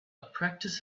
practice